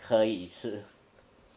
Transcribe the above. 可以吃